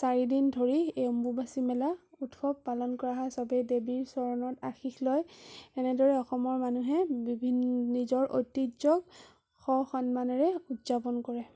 চাৰিদিন ধৰি এই অম্বুবাচী মেলা উৎসৱ পালন কৰা হয় চবেই দেৱীৰ চৰণত আশিষ লয় এনেদৰে অসমৰ মানুহে বিভি নিজৰ ঐতিহ্যক স সন্মানৰে উদযাপন কৰে